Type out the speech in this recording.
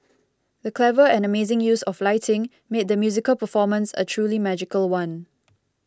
the clever and amazing use of lighting made the musical performance a truly magical one